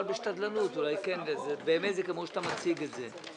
בשתדלנות אולי כן באמת זה כמו שאתה מציג את זה.